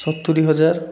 ସତୁୁରୀ ହଜାର